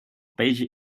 peix